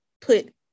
put